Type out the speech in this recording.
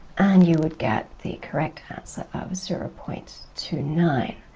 and you would get the correct answer of zero point two nine.